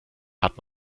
hat